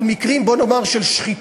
על מקרים של שחיתות,